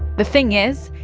the thing is,